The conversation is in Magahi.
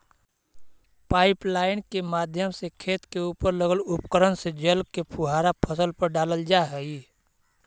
पाइपलाइन के माध्यम से खेत के उपर लगल उपकरण से जल के फुहारा फसल पर डालल जा हइ